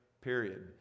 period